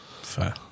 Fair